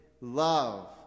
love